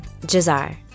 Jazar